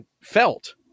felt